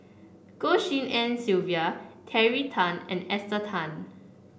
Goh Tshin En Sylvia Terry Tan and Esther Tan